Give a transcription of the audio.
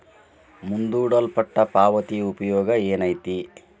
ಮುಂದೂಡಲ್ಪಟ್ಟ ಪಾವತಿಯ ಉಪಯೋಗ ಏನೈತಿ